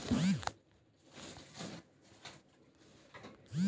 बेटा अनन्नास खाना सेहतेर तने अच्छा हो छेक